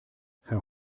herr